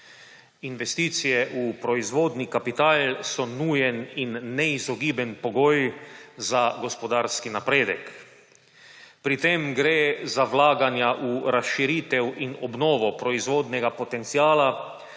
Investicije v proizvodni kapital so nujen in neizogiben pogoj za gospodarski napredek. Pri tem gre za vlaganja v razširitev in obnovo proizvodnega potenciala